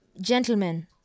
Gentlemen